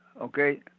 okay